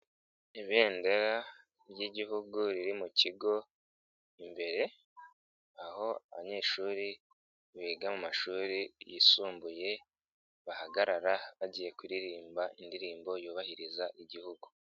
Ibendera ry'Igihugu riri mu kigo imbere aho abanyeshuri biga mu mashuri yisumbuye bahagarara bagiye kuririmba indirimbo yubahiriza Igihugu.